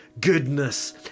goodness